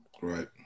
Right